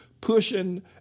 pushing